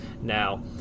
Now